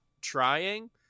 trying